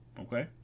Okay